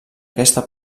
aquesta